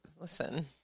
Listen